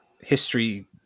history